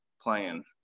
playing